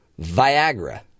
Viagra